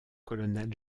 colonel